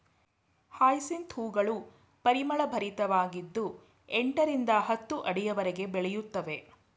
hyacinth ಹೂಗಳು ಪರಿಮಳಭರಿತವಾಗಿದ್ದು ಎಂಟರಿಂದ ಹತ್ತು ಅಡಿಯವರೆಗೆ ಬೆಳೆಯುತ್ತವೆ